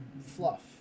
fluff